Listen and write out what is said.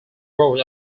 board